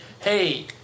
hey